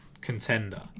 contender